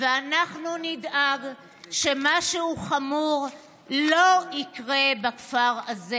ואנחנו נדאג שמשהו חמור לא יקרה בכפר הזה.